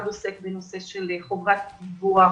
אחד עוסק בנושא של חובת דיווח